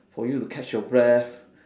for you to catch your breath